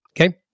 Okay